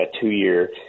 two-year